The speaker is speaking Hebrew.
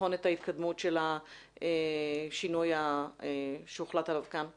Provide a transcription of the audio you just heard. לבחון את ההתקדמות של השינוי שהוחלט עליו כאן.